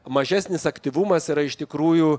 mažesnis aktyvumas yra iš tikrųjų